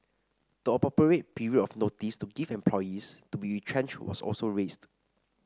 the appropriate period of notice to give employees to be retrenched was also raised